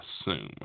assume